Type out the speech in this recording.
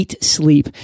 Sleep